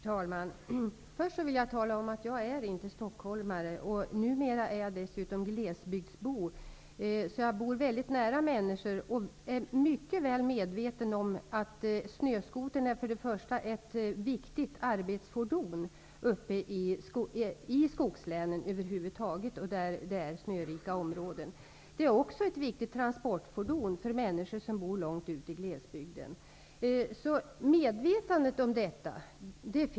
Herr talman! Jag vill först tala om att jag inte är stockholmare. Numera är jag dessutom glesbygdsbo. Jag är mycket väl medveten om att snöskotern utgör ett viktigt arbetsfordon i skogslänen och andra snörika områden. Snöskotrarna är också ett viktigt transportfordon för människor som bor långt ute på landsbygden. Det finns ett medvetande om detta.